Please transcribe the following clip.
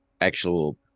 actual